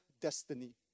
destiny